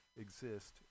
exist